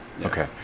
Okay